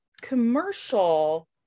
commercial